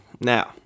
Now